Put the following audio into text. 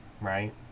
right